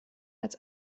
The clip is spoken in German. als